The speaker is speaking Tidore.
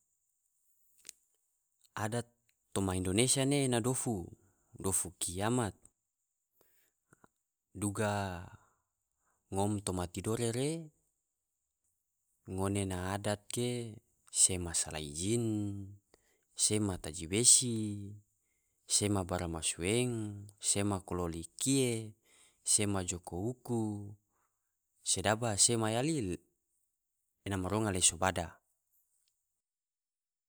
Adat toma indonesia ne ena dofu, dofu kiamat, duga ngom tomaa tidore re ngone na adat ge sema salai jin, sema taji besi, sema baramasueng, sema kololi kie, sema joko uku, sedaba sema yali ena maronga leso bada.